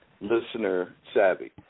listener-savvy